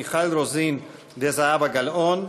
מיכל רוזין וזהבה גלאון,